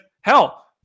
hell